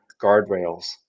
guardrails